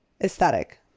Aesthetic